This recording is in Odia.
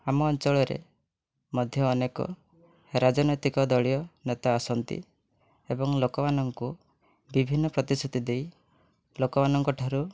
ଆମ ଅଞ୍ଚଳରେ ମଧ୍ୟ ଅନେକ ରାଜନୈତିକ ଦଳୀୟ ନେତା ଆସନ୍ତି ଏବଂ ଲୋକମାନଙ୍କୁ ବିଭିନ୍ନ ପ୍ରତିଶ୍ରୁତି ଦେଇ ଲୋକମାନଙ୍କଠାରୁ